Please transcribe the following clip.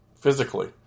physically